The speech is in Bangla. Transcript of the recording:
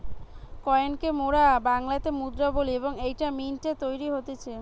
কয়েন কে মোরা বাংলাতে মুদ্রা বলি এবং এইটা মিন্ট এ তৈরী হতিছে